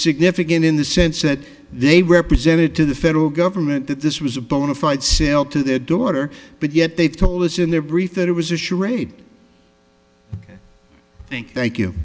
significant in the sense that they represented to the federal government that this was a bona fide sale to their daughter but yet they told us in their brief that it was a charade i think thank you